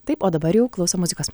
taip o dabar jau klausom muzikos